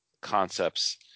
concepts